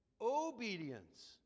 obedience